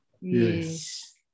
Yes